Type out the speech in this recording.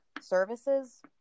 services